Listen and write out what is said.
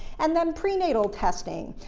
and then prenatal testing.